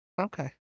Okay